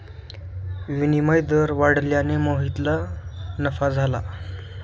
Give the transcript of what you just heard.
विनिमय दर वाढल्याने मोहितला नफा झाला